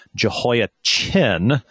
Jehoiachin